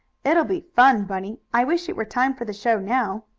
it will be fun, bunny. i wish it were time for the show now.